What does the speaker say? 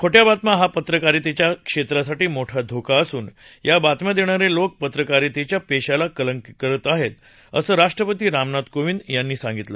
खोट्या बातम्या हा पत्रकारितेच्या क्षेत्रासाठी मोठा धोका असून या बातम्या देणारे लोक पत्रकारितेच्या पेशाला कलंकित करत आहेत असं राष्ट्रपती रामनाथ कोविंद यांनी सांगितलं